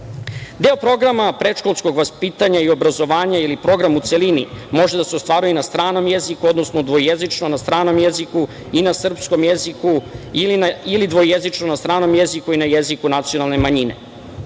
programa predškolskog vaspitanja i obrazovanja ili program u celini može da se ostvaruje i na stranom jeziku, odnosno dvojezično na stranom jeziku i na srpskom jeziku ili dvojezično na stranom jeziku i na jeziku nacionalne manjine. Kada